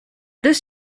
this